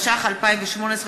התשע"ח 2018,